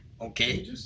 okay